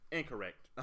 incorrect